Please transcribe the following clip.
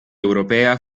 europea